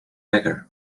beggar